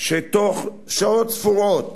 שבתוך שעות ספורות